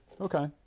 Okay